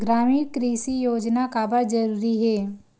ग्रामीण कृषि योजना काबर जरूरी हे?